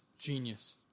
Genius